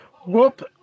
whoop